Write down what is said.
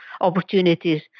opportunities